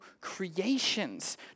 creations